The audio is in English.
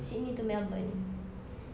sydney to melbourne